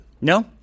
No